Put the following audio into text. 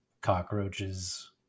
cockroaches